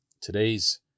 Today's